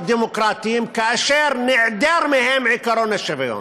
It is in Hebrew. דמוקרטיים כאשר נעדר מהם עקרון השוויון.